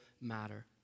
matter